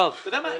אתה יודע מה,